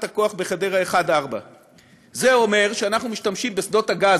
הכוח בחדרה 1 4. זה אומר שאנחנו משתמשים בשדות הגז,